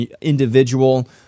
individual